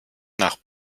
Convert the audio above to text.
nach